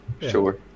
Sure